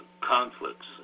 conflicts